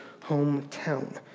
hometown